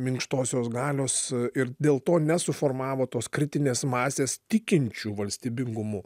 minkštosios galios ir dėl to nesuformavo tos kritinės masės tikinčių valstybingumu